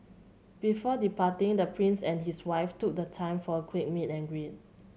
before departing the Prince and his wife took the time for a quick meet and greet